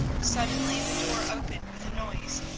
suddenly the door opened with a noise,